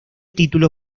título